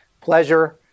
pleasure